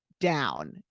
down